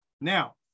Now